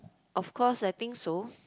of course I think so